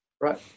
right